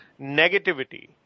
negativity